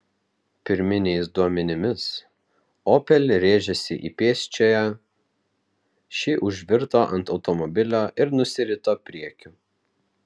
pirminiais duomenimis opel rėžėsi į pėsčiąją ši užvirto ant automobilio ir nusirito priekiu